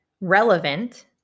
relevant